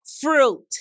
Fruit